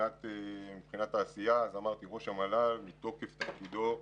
מבחינת העשייה: ראש המל"ל, מתוקף תפקידו,